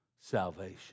salvation